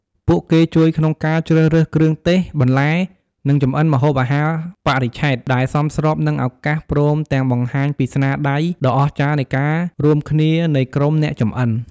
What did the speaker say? ពួកគេជួយក្នុងការជ្រើសរើសគ្រឿងទេស បន្លែ និងចម្អិនម្ហូបអាហារបរិច្ឆេទ ដែលសមស្របនឹងឱកាស ព្រមទាំងបង្ហាញពីស្នាដៃដ៏អស្ចារ្យនៃការរួមគ្នានៃក្រុមអ្នកចម្អិន។